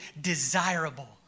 desirable